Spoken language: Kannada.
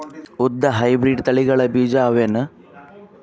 ಉದ್ದ ಹೈಬ್ರಿಡ್ ತಳಿಗಳ ಬೀಜ ಅವ ಏನು?